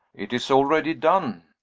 it is already done,